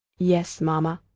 yes, mamma.